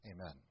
amen